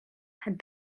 had